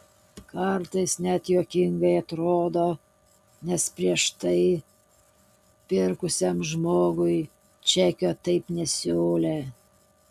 kartais net juokingai atrodo nes prieš tai pirkusiam žmogui čekio taip nesiūlė